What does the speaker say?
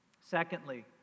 Secondly